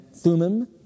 thumim